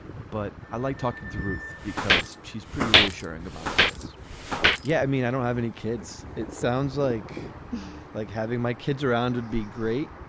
but i like talking thruth because she's pretty reassuring about all this yeah, i mean, i don't have any kids. it sounds like like having my kids around would be great.